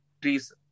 trees